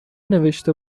نوشته